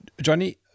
johnny